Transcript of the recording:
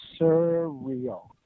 surreal